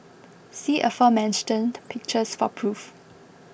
see aforementioned pictures for proof